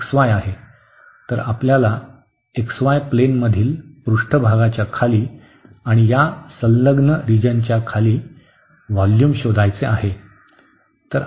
तर आपल्याला x y प्लेनमधील पृष्ठभागाच्या खाली आणि या संलग्न रिजनाच्या खाली सॉलिडचे व्होल्यूम शोधायचे आहे